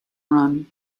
run